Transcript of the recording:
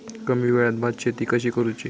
कमी वेळात भात शेती कशी करुची?